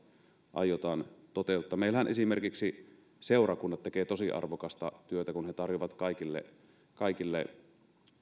aiotaan toteuttaa meillähän esimerkiksi seurakunnat tekevät tosi arvokasta työtä kun ne tarjoavat kaikille kaikille